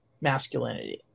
masculinity